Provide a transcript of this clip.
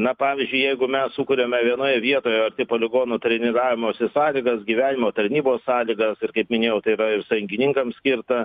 na pavyzdžiui jeigu mes sukuriame vienoje vietoje arti poligonų treniravimosi sąlygas gyvenimo tarnybos sąlygas ir kaip minėjau tai yra ir sąjungininkams skirta